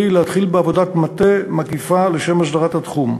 להתחיל בעבודת מטה מקיפה לשם הסדרת התחום.